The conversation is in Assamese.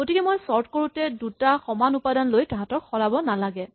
গতিকে মই চৰ্ট কৰোতে দুটা সমান উপাদান লৈ তাহাঁতক সলাব নালাগে